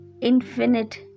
Infinite